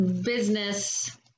business